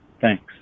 thanks